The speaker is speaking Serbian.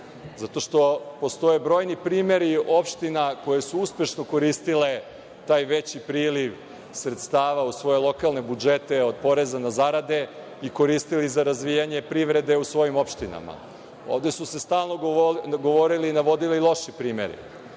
zato što postoje brojni primeri opština koje su uspešno koristile taj veći priliv sredstava u svoje lokalne budžete od poreza na zarade i koristili za razvijanje privrede u svojim opštinama. Ovde su se stalno govorili i navodili loši primeri.